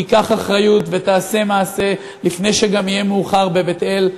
תיקח אחריות ותעשה מעשה לפני שיהיה מאוחר גם בבית-אל.